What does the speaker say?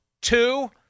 Two